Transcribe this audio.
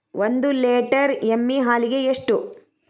ಒಂದು ಲೇಟರ್ ಎಮ್ಮಿ ಹಾಲಿಗೆ ಎಷ್ಟು?